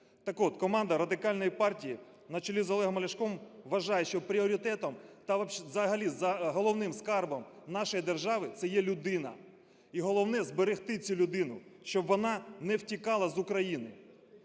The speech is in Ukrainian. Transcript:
команда Радикальної партії на чолі з Олегом Ляшком вважає, що пріоритетом та взагалі головним скарбом нашої держави - це є людина. І головне зберегти цю людину, щоб вона не втікала з України.